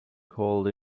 called